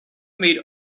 made